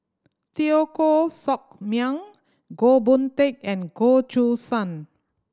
Teo Koh Sock Miang Goh Boon Teck and Goh Choo San